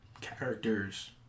characters